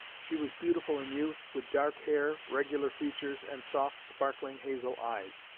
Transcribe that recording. she was beautiful in youth, with dark hair, regular features, and soft sparkling hazel eyes.